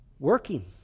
working